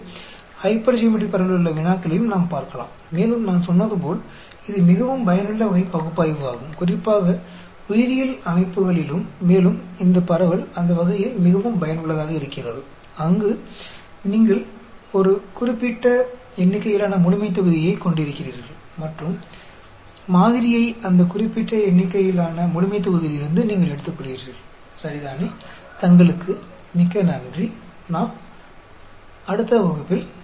इसलिए हम hypergeometric distribution में समस्याओं को भी देख सकते हैं और जैसा कि मैंने कहा यह विश्लेषण करने के लिए बहुत उपयोगी प्रकार है विशेष रूप से जैविक प्रणालियों में भी